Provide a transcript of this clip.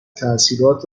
تاثیرات